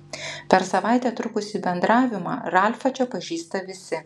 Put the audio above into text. per savaitę trukusį bendravimą ralfą čia pažįsta visi